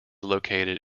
located